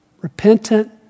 repentant